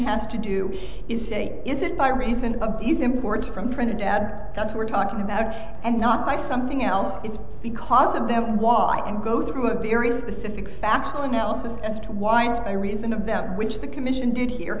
has to do is say is it by reason of these imports from trinidad that's we're talking about and not by something else it's because of them why and go through a period specific factual analysis as to why it's by reason of that which the commission did here